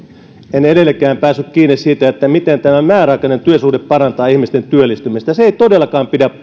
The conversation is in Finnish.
en edelleenkään päässyt kiinni siitä miten tämä määräaikainen työsuhde parantaa ihmisten työllistymistä se ei todellakaan pidä